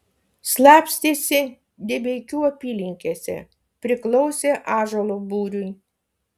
slapstėsi debeikių apylinkėse priklausė ąžuolo būriui